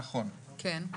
נכון.